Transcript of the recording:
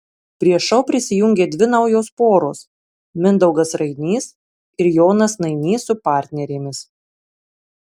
prie šou prisijungė dvi naujos poros mindaugas rainys ir jonas nainys su partnerėmis